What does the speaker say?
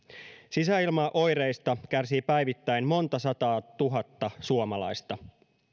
sisäilmaoireista kärsii päivittäin monta sataa tuhatta suomalaista